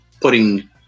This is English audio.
putting